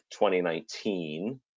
2019